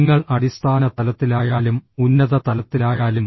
നിങ്ങൾ അടിസ്ഥാന തലത്തിലായാലും ഉന്നത തലത്തിലായാലും